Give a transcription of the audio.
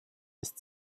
ist